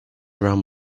around